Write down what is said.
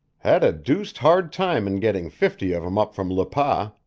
had a deuced hard time in getting fifty of em up from le pas.